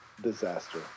disaster